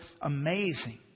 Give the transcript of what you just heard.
amazing